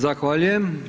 Zahvaljujem.